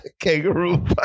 Kangaroo